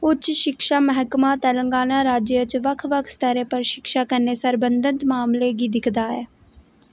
उच्च शिक्षा मैह्कमा तेलंगाना राज्य च बक्ख बक्ख स्तरें पर शिक्षा कन्नै सरबंधत मामलें गी दिखदा ऐ